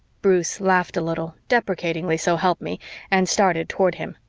bruce laughed a little deprecatingly, so help me and started toward him.